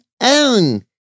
own